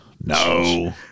no